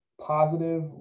positive